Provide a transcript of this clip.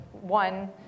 one